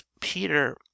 Peter